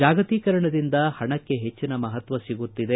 ಜಾಗತೀಕರಣದಿಂದ ಪಣಕ್ಕೆ ಹೆಚ್ಚಿನ ಮಹತ್ವ ಸಿಗುತ್ತಿದೆ